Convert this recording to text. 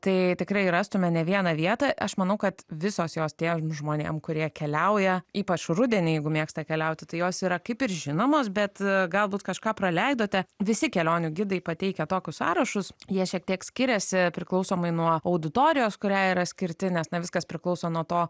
tai tikrai rastume ne vieną vietą aš manau kad visos jos tiem žmonėm kurie keliauja ypač rudenį jeigu mėgsta keliauti tai jos yra kaip ir žinomos bet galbūt kažką praleidote visi kelionių gidai pateikia tokius sąrašus jie šiek tiek skiriasi priklausomai nuo auditorijos kuriai yra skirti nes na viskas priklauso nuo to